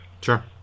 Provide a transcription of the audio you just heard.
Sure